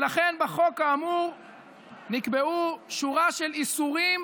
ולכן, בחוק האמור נקבעו שורה של איסורים